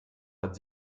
hat